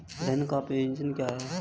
धन का प्रेषण क्या है?